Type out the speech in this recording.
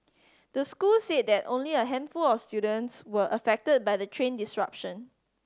the school said that only a handful of students were affected by the train disruption